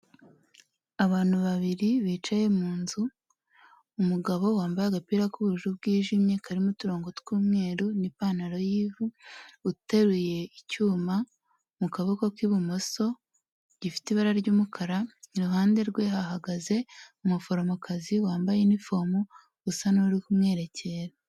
Abantu babiri bicaye mu nzu, umugabo wambaye agapira k'ubururu bwijimye karimo uturongo tw'umweru n'ipantaro y'ivu uteruye icyuma mu kaboko k'ibumoso gifite ibara ry'umukara, iruhande rwe hahagaze umuforomokazi wambaye inifomo usa n'uri kumwerekera.